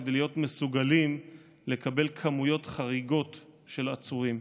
כדי להיות מסוגלים לקבל כמויות חריגות של עצורים.